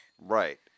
Right